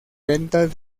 ventas